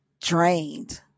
drained